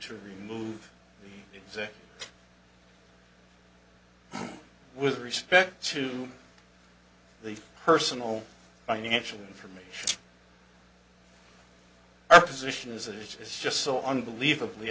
to remove the exact with respect to the personal financial information our position is that it is just so unbelievably